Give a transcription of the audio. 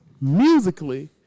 musically